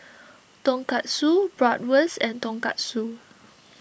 Tonkatsu Bratwurst and Tonkatsu